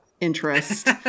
interest